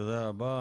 תודה רבה.